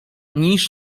niż